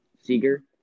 Seeger